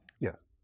Yes